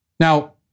Now